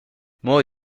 more